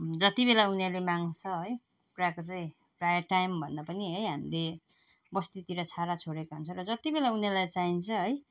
जति बेला उनीहरूले माग्छ है कुखुराको चाहिँ प्रायः टाइम भन्दा पनि है हामीले बस्तीतिर छाडा छोडेको हुन्छ र जति बेला उनीहरूलाई चाहिन्छ है